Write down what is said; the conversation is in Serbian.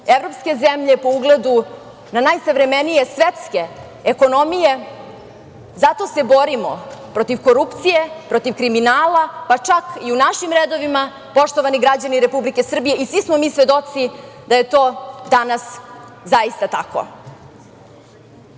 evropske zemlje, po ugledu na najsavremenije svetske ekonomije, zato se borimo protiv korupcije, protiv kriminala pa čak i u našim redovima, poštovani građani Republike Srbije, i svi smo mi svedoci da je to danas zaista